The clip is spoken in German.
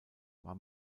war